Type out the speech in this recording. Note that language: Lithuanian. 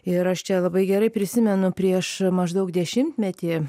ir aš čia labai gerai prisimenu prieš maždaug dešimtmetį